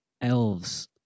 Elves